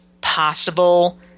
possible